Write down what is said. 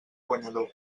guanyador